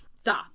stop